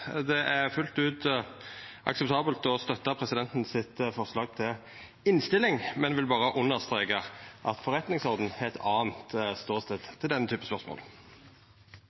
Det er fullt ut akseptabelt å støtta presidentens forslag, men eg vil berre understreka at forretningsordenen har ein anna ståstad til denne typen spørsmål.